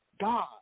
God